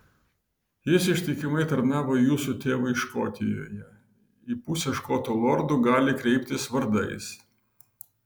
jis ištikimai tarnavo jūsų tėvui škotijoje į pusę škotų lordų gali kreiptis vardais